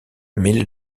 mêlé